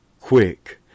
quick